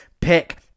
pick